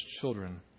children